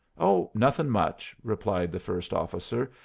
oh, nothing much, replied the first officer.